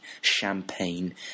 champagne